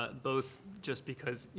ah both just because, you